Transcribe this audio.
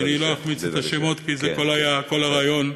שאני לא אחמיץ את השמות, כי זה היה כל הרעיון.